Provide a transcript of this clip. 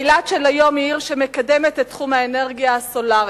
אילת של היום היא עיר שמקדמת את תחום האנרגיה הסולרית.